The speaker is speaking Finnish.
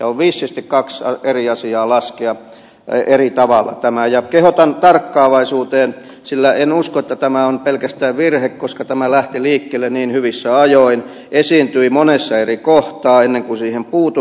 on vissisti kaksi eri asiaa laskea eri tavalla tämä ja kehotan tarkkaavaisuuteen sillä en usko että tämä on pelkästään virhe koska tämä lähti liikkeelle niin hyvissä ajoin esiintyi monessa eri kohtaa ennen kuin siihen puututtiin